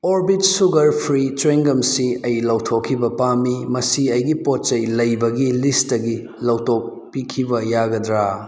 orbit sugar free ꯆ꯭ꯋꯤꯡꯒꯨꯝꯁꯤ ꯑꯩ ꯂꯧꯊꯣꯛꯈꯤꯕ ꯄꯥꯝꯏ ꯃꯁꯤ ꯑꯩꯒꯤ ꯄꯣꯠꯆꯩ ꯂꯩꯕꯒꯤ ꯂꯤꯁꯇꯒꯤ ꯂꯧꯊꯣꯛꯄꯤꯈꯤꯕ ꯌꯥꯒꯗ꯭ꯔꯥ